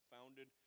founded